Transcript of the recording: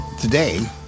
today